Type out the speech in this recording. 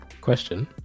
Question